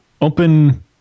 Open